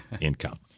income